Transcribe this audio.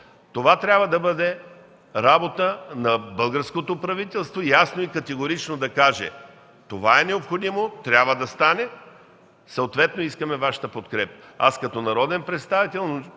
Това трябва да бъде работа на българското правителство – ясно и категорично да каже: „Това е необходимо, трябва да стане, съответно искаме Вашата подкрепа”. Аз, като народен представител,